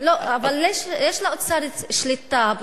אבל יש לאוצר שליטה,